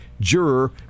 juror